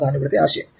അതാണ് ഇവിടുത്തെ ആശയം